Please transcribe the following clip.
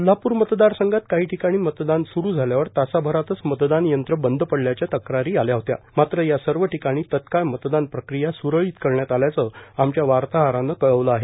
कोल्हापूर मतदार संघात काही ठिकाणी मतदान सुरू झाल्यावर तासाभरातच मतदान यंत्र बंद पडल्याच्या तक्रारी आल्या होत्या मात्र या सर्व ठिकाणी तत्काळ मतदान प्रक्रिया स्रळीत करण्यात आल्याचं आमच्या वार्ताहरानं कळवलं आहे